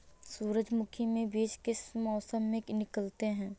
सूरजमुखी में बीज किस मौसम में निकलते हैं?